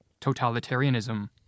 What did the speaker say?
totalitarianism